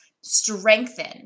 strengthen